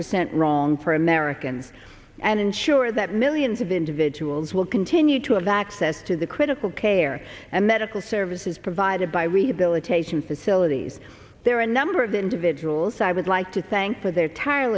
percent wrong for americans and ensure that millions of individuals will continue to of access to the critical care and medical services provided by rehab taishan facilities there are a number of individuals i would like to thank for their tire